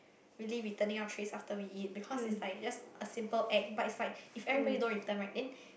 really returning our trays after we eat because is like just a simple act but is like if everybody don't return right then